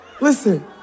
Listen